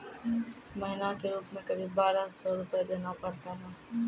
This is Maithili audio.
महीना के रूप क़रीब बारह सौ रु देना पड़ता है?